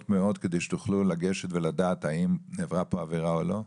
מאוד כדי שתוכלו לגשת ולדעת אם נעברה פה עבירה או לא?